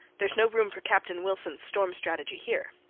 theres no room for captain wilsons storm-strategy here.